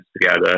together